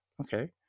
Okay